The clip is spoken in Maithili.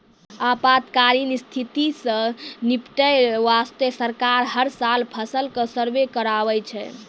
आपातकालीन स्थिति सॅ निपटै वास्तॅ सरकार हर साल फसल के सर्वें कराबै छै